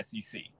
SEC